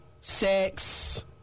sex